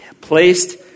placed